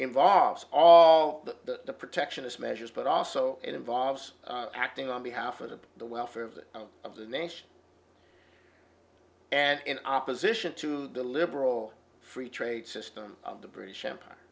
involves all the protectionist measures but also involves acting on behalf of the welfare of the of the nation and in opposition to the liberal free trade system of the british empire